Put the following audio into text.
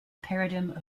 paradigm